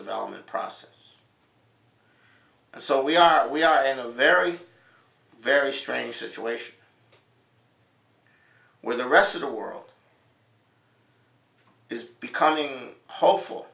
development process so we are we are in a very very strange situation where the rest of the world is becoming hopeful